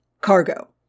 cargo